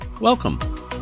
welcome